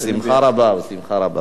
בשמחה רבה, בשמחה רבה.